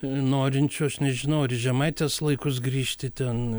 norinčių aš nežinau ar į žemaitės laikus grįžti ten